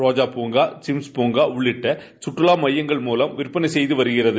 ரோஜா பூங்கா சிம்ஸ் பூங்கா உள்ளிட்ட கற்றுலா மையங்கள் மூலம் விற்பனை செய்து வருகிறது